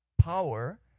Power